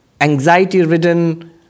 anxiety-ridden